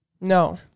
No